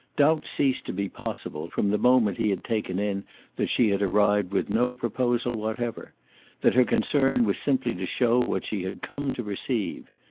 doubt ceased to be possible from the moment he had taken in that she had arrived with no proposal whatever that her concern was simply to show what she had come to receive.